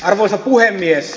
arvoisa puhemies